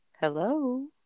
Hello